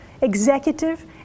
executive